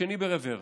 השני ברוורס.